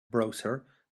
browser